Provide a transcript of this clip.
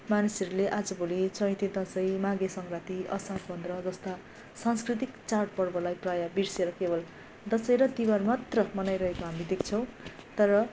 मानिसहरूले आज भोलि चैते दसैँ माघे सङ्क्रान्ति असार पन्ध्र जस्ता सांस्कृतिक चाडपर्वलाई प्रायः बिर्सेर केवल दसैँ र तिहार मात्र मनाइरहेको हामी देख्छौँ तर